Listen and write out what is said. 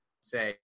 say